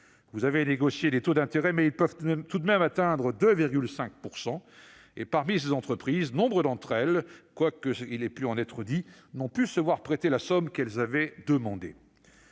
Vous avez négocié les taux d'intérêt, mais ils peuvent tout de même atteindre 2,5 %. Parmi les entreprises concernées, nombres d'entre elles, quoi qu'on en ait dit, n'ont pu se voir prêter la somme qu'elles avaient demandée.